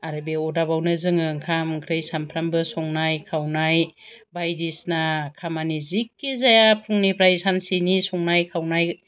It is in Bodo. आरो बे अरदाबावनो जोङो ओंखाम ओंख्रि सानफ्रोमबो संनाय खावनाय बायदिसिना खामानि जिखि जाया फुंनिफ्राय सानसेनि संनाय खावनाय